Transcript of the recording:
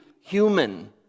human